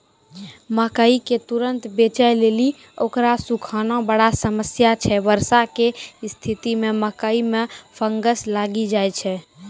मकई के तुरन्त बेचे लेली उकरा सुखाना बड़ा समस्या छैय वर्षा के स्तिथि मे मकई मे फंगस लागि जाय छैय?